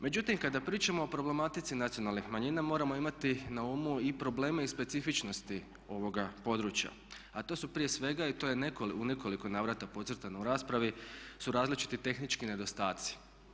Međutim, kada pričamo o problematici nacionalnih manjina, moramo imati na umu i probleme i specifičnosti ovoga područja a to su prije svega i to je u nekoliko navrata podcrtano u raspravi su različiti tehnički nedostaci.